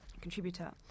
contributor